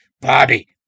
Bobby